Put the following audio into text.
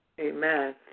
Amen